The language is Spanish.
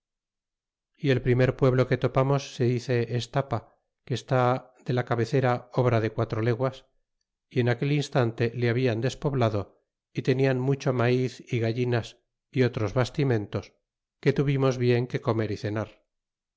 y el primer pueblo que topamos se dice estapa que está de la cabecera obra de quatro leguas y en aquel instante le hablan despoblado y tenian mucho maiz y gallinas y otros bastimentos que tuvimos bien que comer y cenar